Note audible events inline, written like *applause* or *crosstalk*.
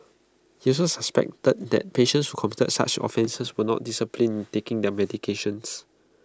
he also suspected *hesitation* that patients who committed such offences were not disciplined taking their medications